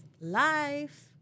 life